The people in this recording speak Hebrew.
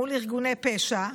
מול ארגוני פשע,